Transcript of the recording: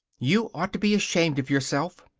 you ought to be ashamed of yourself,